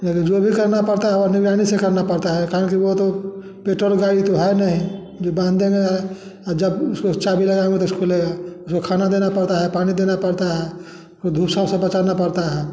लेकिन जो भी करना पड़ता है वो निगरानी से करना पड़ता है कारण कि वो तो पेट्रोल गाड़ी तो है नहीं कि बांध देंगे जब सुरक्षा भी रहे तो उसको ले आए उसको खाना देना पड़ता है पानी देना पड़ता है धू सा से बचाना पड़ता है